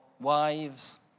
wives